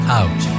out